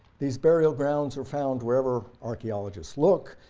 these burial grounds are found wherever archeologists look.